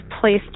placed